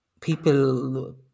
people